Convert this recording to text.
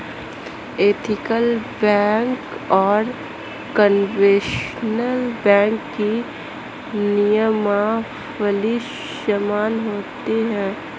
ethical bank और conventional bank की नियमावली समान होती है